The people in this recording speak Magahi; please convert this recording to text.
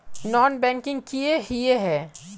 नॉन बैंकिंग किए हिये है?